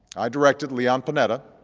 i directed leon panetta,